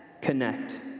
connect